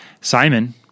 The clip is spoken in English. Simon